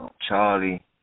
Charlie